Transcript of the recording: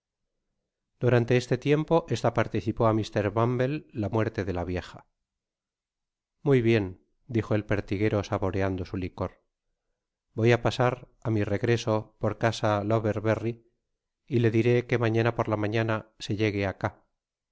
durante este tiempo'ésta participó á mr bumble la muerte de la vieja muy bien dijo el pertiguero saboreando su licor voy á pasar á mi regreso por casa lowerberry y le diré que mañana por la mañana se llegue acá es